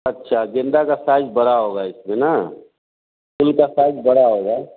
अच्छा गेंदा का साइज़ बड़ा होगा इसमें ना फूल का साइज़ बड़ा होगा